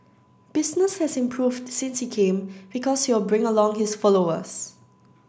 business has improved since he came because he'll bring along his followers